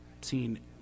seen